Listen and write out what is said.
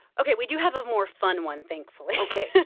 ok. we do have a more fun one, thankfully ok.